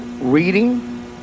reading